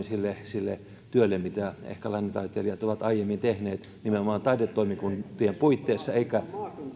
sille sille työlle mitä läänintaiteilijat ovat aiemmin tehneet nimenomaan taidetoimikuntien puitteissa